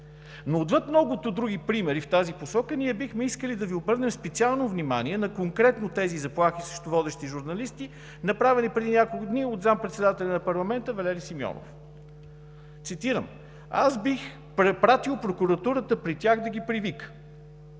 Но отвъд многото други примери в тази посока, ние бихме искали да Ви обърнем специално внимание конкретно на тези заплахи към водещи журналисти, направени преди няколко дни от заместник-председателя на парламента Валери Симеонов. Цитирам: „Аз бих препратил прокуратурата при тях – да ги привика.“